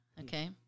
okay